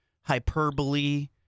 hyperbole